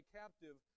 captive